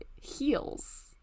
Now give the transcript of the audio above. heals